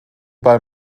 bei